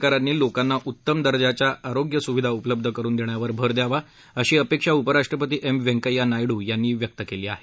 केंद्र आणि राज्य सरकारांनी लोकांना उत्तम दर्जाच्या आरोग्य सुविधा उपलब्ध करुन देण्यावर भर द्यावा अशी अपेक्षा उपराष्ट्रपती एम व्यंकय्या नायडू यांनी व्यक्त केली आहे